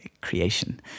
creation